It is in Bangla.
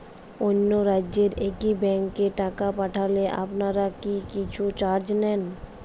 অন্য রাজ্যের একি ব্যাংক এ টাকা পাঠালে আপনারা কী কিছু চার্জ নেন?